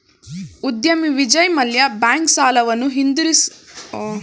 ಉದ್ಯಮಿ ವಿಜಯ್ ಮಲ್ಯ ಬ್ಯಾಂಕ್ ಸಾಲವನ್ನು ಹಿಂದಿರುಗಿಸಲಾಗದೆ ಬ್ಯಾಂಕ್ ಕ್ರಾಫ್ಟ್ ಆಗಿದ್ದಾರೆ